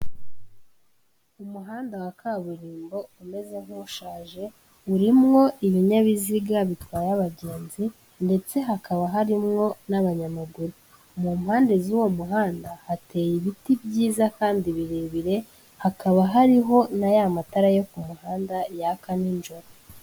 Umuhanda wa kaburimbo umeze nk'ushaje urimo ibinyabiziga bitwaye abagenzi ndetse hakaba harimo n'abanyamaguru, mu mpande z'uwo muhanda hateye ibiti byiza kandi birebire, hakaba hariho na ya matara yo ku muhanda yaka nijoro.